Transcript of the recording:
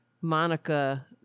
Monica